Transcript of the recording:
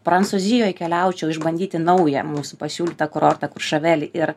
prancūzijoj keliaučiau išbandyti naują mūsų pasiūlytą kurortą kuršavelį ir